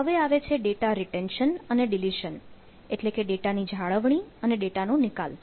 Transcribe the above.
હવે આવે છે ડેટા રીટેન્શન અને ડિલિશન એટલે કે ડેટા ની જાળવણી અને ડેટા નો નિકાલ